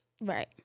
right